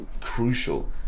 crucial